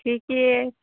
ठीके छै